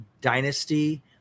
dynasty